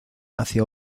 hacia